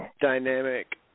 dynamic